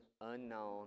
unknown